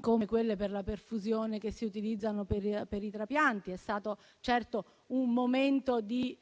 come quelle per la perfusione che si utilizzano per i trapianti. È stato certamente un momento di